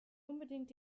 unbedingt